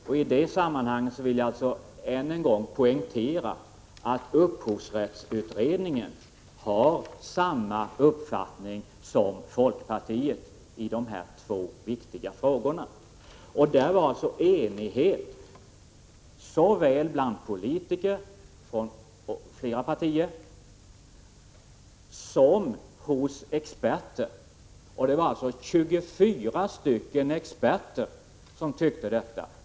Jag vill isammanhanget än en gång poängtera att upphovsrättsutredningen har samma uppfattning som folkpartiet i dessa viktiga frågor. Det rådde enighet i utredningen såväl bland företrädarna för flera politiska partier som bland de 24 experterna.